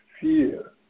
fear